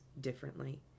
differently